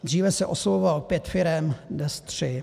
Dříve se oslovovalo pět firem, dnes tři.